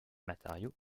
matériau